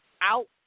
out